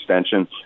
extension